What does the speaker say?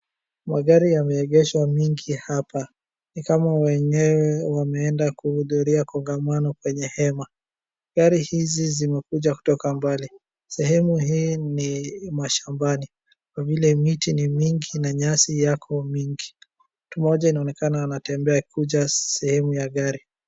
Magari yameegeshwa mingi hapa ni kama wenyewe wameenda kuhudhuria kongamano kwenye hema. Gari hizi zimekuja kutoka mbali, sehemu hii ni mashambani kwa vile miti ni mingi na nyasi yako mingi, mtu moja anaonekana anatembea kuja sehemu ya gari.